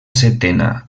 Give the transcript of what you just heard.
setena